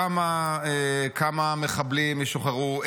כמה מחבלים ישוחררו,